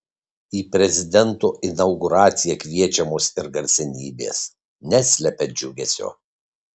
į prezidento inauguraciją kviečiamos ir garsenybės neslepia džiugesio